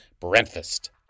Breakfast